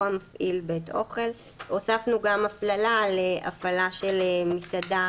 או המפעיל בית אוכל"; הוספנו גם הפללה להפעלה של מסעדה,